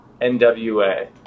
NWA